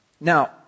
Now